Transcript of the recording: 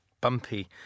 bumpy